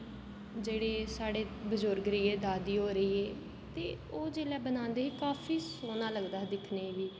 जेह्डे़ साढ़े बजुर्ग रहिये दादी होर रहिये ते ओह् जेल्लै बनांदे हे काफी सोह्ना लगदा हा दिक्खने ई बी